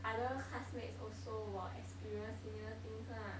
other classmates also will experience similar things lah